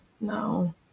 No